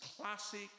classic